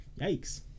yikes